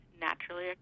naturally